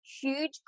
huge